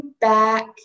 back